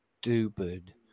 stupid